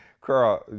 Carl